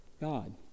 God